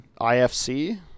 ifc